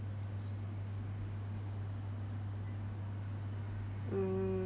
mm